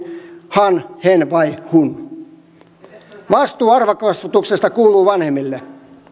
han hen vai hon vastuu arvokasvatuksesta kuuluu vanhemmille